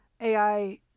AI